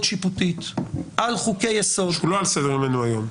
שיפוטית על חוקי יסוד --- שהוא לא על סדר יומנו היום.